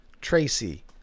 Tracy